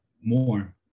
more